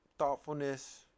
Thoughtfulness